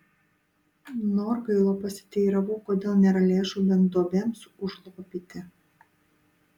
norgailo pasiteiravau kodėl nėra lėšų bent duobėms užlopyti